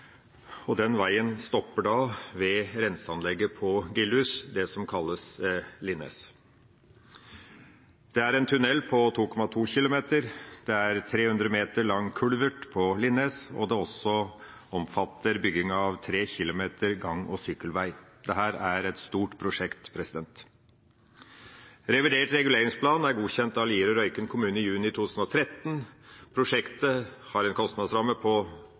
og veien stopper ved renseanlegget på Gilhus, det som kalles Linnes. Det er en tunnel på 2,2 km, det er en 300 m lang kulvert på Linnes, og det omfatter også bygging av 3 km gang- og sykkelvei. Dette er et stort prosjekt. Revidert reguleringsplan er godkjent av Lier og Røyken kommuner i juni 2013. Prosjektet har en kostnadsramme på